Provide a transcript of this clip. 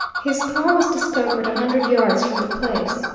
his car was discovered a hundred yards from the place,